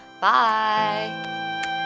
Bye